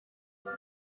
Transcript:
what